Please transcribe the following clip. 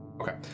Okay